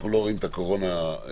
אנחנו לא רואים את הקורונה נעלמת.